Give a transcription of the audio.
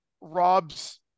Rob's